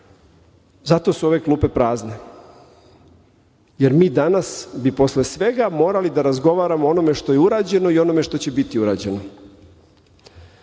Zato su ove klupe prazne, jer mi danas bi posle svega morali da razgovaramo o onome što je urađeno i onome što će biti urađeno. Istina,